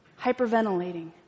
hyperventilating